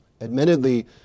Admittedly